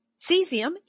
cesium